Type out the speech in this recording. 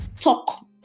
Talk